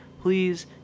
please